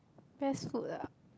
best food ah